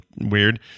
weird